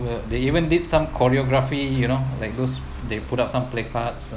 they even did some choreography you know like those they put up some play cards